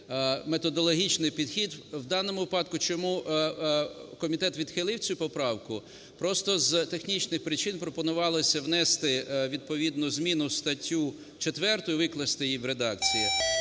методологічний підхід в даному випадку, чому комітет відхилив цю поправку. Просто з технічних причин пропонувалося внести відповідну зміну в статтю 4 і викласти її в редакції.